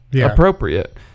appropriate